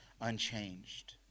unchanged